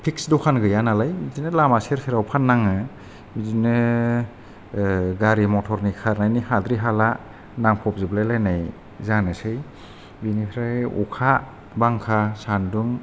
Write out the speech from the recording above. fix दखान गैया नालाय बिदिनो लामा सेर सेरा फाननाङो बिदिनो गारि मटरनि खारनायनि हाद्रि हाला नांफब जोबलाय लायनाय जानोसै बिनिफ्राय अखा बांखा सान्दुं